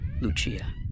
Lucia